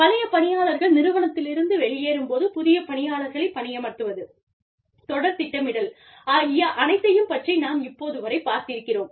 பழைய பணியாளர்கள் நிறுவனத்திலிருந்து வெளியேறும் போது புதிய பணியாளர்களை பணியமர்த்துவது தொடர் திட்டமிடல் ஆகிய அனைத்தையும் பற்றி நாம் இப்போது வரை பார்த்திருக்கிறோம்